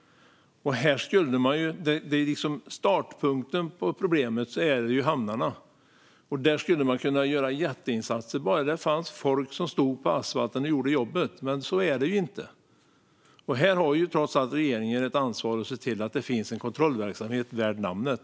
Startpunkten för problemet är ju hamnarna. Där skulle man kunna göra jätteinsatser om det bara fanns folk som stod på asfalten och gjorde jobbet, men så är det ju inte. Här har regeringen trots allt ett ansvar att se till att det finns en kontrollverksamhet värd namnet.